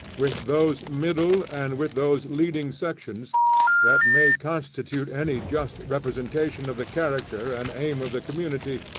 with those middle and with those leading sections that may constitute any just representation of the character and aim of the community,